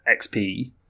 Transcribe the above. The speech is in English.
XP